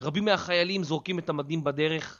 רבים מהחיילים זורקים את המדים בדרך